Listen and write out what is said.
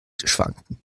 schwanken